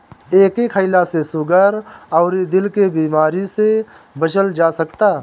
एके खईला से सुगर अउरी दिल के बेमारी से बचल जा सकता